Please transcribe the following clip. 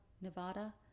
nevada